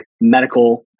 medical